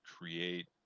create